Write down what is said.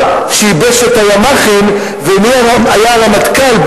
שייבש את הימ"חים ומי היה הרמטכ"ל,